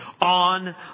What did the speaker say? on